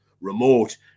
remote